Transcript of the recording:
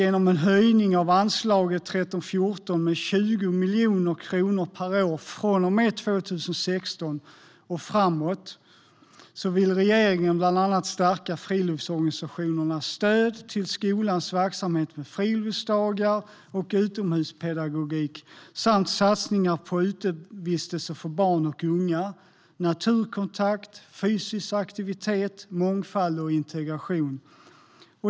Genom en höjning av anslaget 1314 med 20 miljoner kronor per år från och med 2016 och framåt vill regeringen bland annat stärka friluftsorganisationernas stöd till skolans verksamhet med friluftsdagar och utomhuspedagogik samt satsningar på utevistelse för barn och unga, naturkontakt, fysisk aktivitet, mångfald och integration.